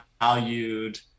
valued